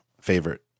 favorite